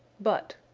but.